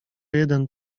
jeden